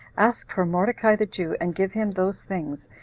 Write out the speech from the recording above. ask for mordecai the jew, and give him those things,